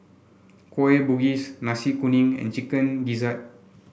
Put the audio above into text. Kueh Bugis Nasi Kuning and Chicken Gizzard